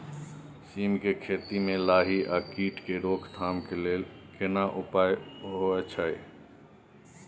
सीम के खेती म लाही आ कीट के रोक थाम के लेल केना उपाय होय छै?